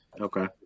Okay